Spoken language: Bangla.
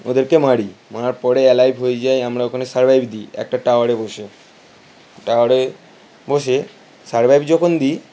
ওদেরকে মারি মারার পরে অ্যালাইভ হয়ে যায় আমরা ওখানে সারভাইভ দিই একটা টাওয়ারে বসে টাওয়ারে বসে সারভাইভ যখন দিই